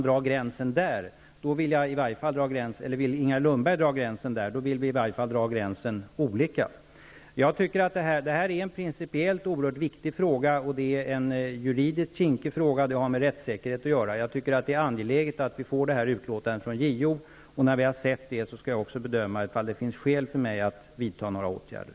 Om Inger Lundberg vill dra gränsen där, vill vi i så fall dra den gränsen olika. Detta är en principiellt oerhört viktig och juridiskt kinkig fråga, som har med rättssäkerhet att göra. Det är angeläget att vi får ett utlåtande från JO. När vi har tagit del av detta, skall jag bedöma om det finns skäl för mig att vidta några åtgärder.